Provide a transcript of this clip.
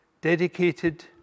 dedicated